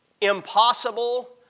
impossible